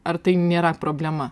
ar tai nėra problema